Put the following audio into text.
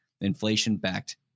inflation-backed